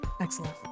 Excellent